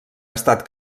estat